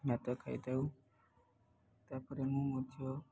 ଭାତ ଖାଇଥାଉ ତା'ପରେ ମୁଁ ମଧ୍ୟ ଝିଅ